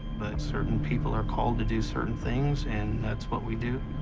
certain people are called to do certain things, and that's what we do.